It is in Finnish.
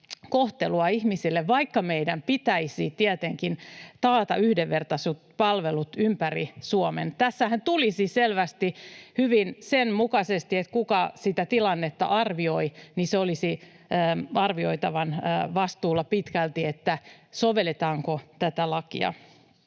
kohtelua ihmisille, vaikka meidän pitäisi tietenkin taata yhdenvertaiset palvelut ympäri Suomen. Tässähän tulisi selvästi hyvin sen mukaisesti, kuka sitä tilannetta arvioi. Se olisi pitkälti arvioitavan vastuulla, sovelletaanko tätä lakia